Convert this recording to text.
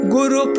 Guru